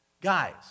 Guys